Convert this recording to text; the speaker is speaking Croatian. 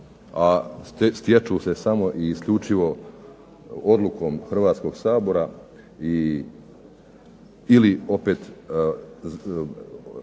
a stječu se samo i isključivo odlukom Hrvatskog sabora i, ili opet